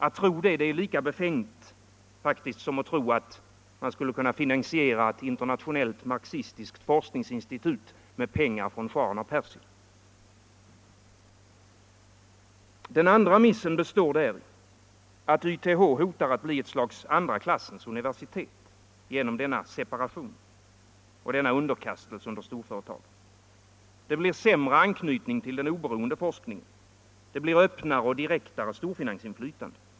Att tro någonting sådant är faktiskt lika befängt som att tro att ett internationellt marxistiskt forskningsinstitut skulle kunna finansieras med pengar från schahen av Persien. Den andra missen består däri att YTH hotar att bli ett slags andra klassens universitet genom denna separation och denna underkastelse under storföretagen. Det blir sämre anknytning till en oberoende forskning. Det blir ett öppnare och direktare storfinansinflytande.